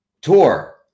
tour